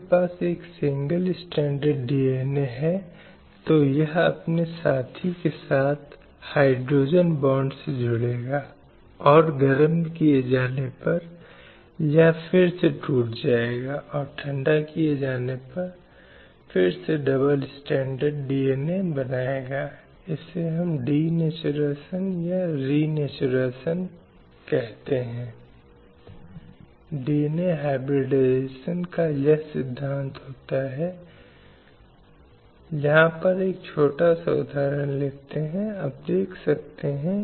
तस्करी एक बहुत बड़ी समस्या है जहाँ महिलाओं को बाज़ार में उत्पादों की तरह ही खरीदा और बेचा जाता है और उन्हें वाणिज्यिक यौन शोषण या श्रम बाजार में या अन्य रूपों में भेजा जाता है जहाँ वे विभिन्न प्रकार की शारीरिक यौन हिंसा को झेलती हैं इसलिए घोषणा राष्ट्रों का ध्यान उन विभिन्न प्रथाओं की ओर आकर्षित करने का प्रयास करें जो समाज में विद्यमान थीं और राष्ट्र के लिए उचित कदम उठाने की आवश्यकता थी